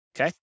Okay